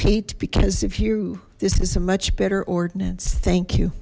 paint because of you this is a much better ordinance thank you